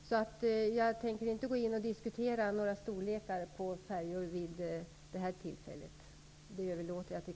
Jag tänker därför inte vid det här tillfället gå in i en diskussion om storlekar på färjor. Det överlåter jag till